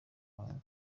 mahanga